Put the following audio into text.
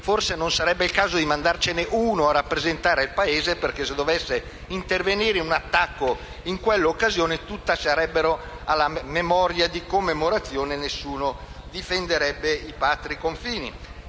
forse non sarebbe il caso di mandarne uno a rappresentare il Paese. Se dovesse infatti intervenire un attacco in quell'occasione, tutti sarebbero alla giornata di commemorazione e nessuno difenderebbe i patri confini.